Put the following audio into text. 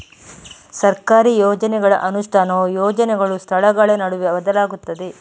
ಸರ್ಕಾರಿ ಯೋಜನೆಗಳ ಅನುಷ್ಠಾನವು ಯೋಜನೆಗಳು, ಸ್ಥಳಗಳ ನಡುವೆ ಬದಲಾಗುತ್ತದೆ